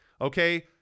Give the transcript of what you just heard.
okay